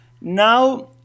Now